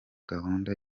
gahunda